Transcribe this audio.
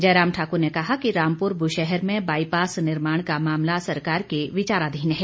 जयराम ठाकुर ने कहा कि रामपुर बुशहर में बाईपास निर्माण का मामला सरकार के विचाराधीन है